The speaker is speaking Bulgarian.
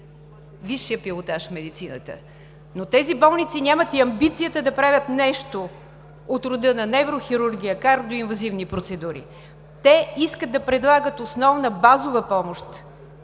висшия пилотаж в медицината. Но тези болници нямат и амбицията да правят нещо от рода на неврохирургия, кардиоинвазивни процедури. Те искат да предлагат основна, базова помощ,